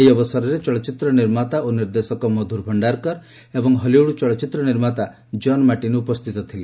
ଏହି ଅବସରରେ ଚଳଚ୍ଚିତ୍ର ନିର୍ମାତା ଓ ନିର୍ଦ୍ଦେଶକ ମଧୁର ଭଣାରକର୍ ଏବଂ ହଲିଉଡ୍ ଚଳଚ୍ଚିତ୍ର ନିର୍ମାତା ଜନ୍ ମାର୍ଟିନ୍ ଉପସ୍ଥିତ ଥିଲେ